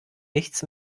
nichts